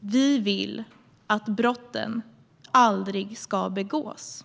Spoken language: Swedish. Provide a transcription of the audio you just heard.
vi vill att brotten aldrig ska begås.